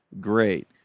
great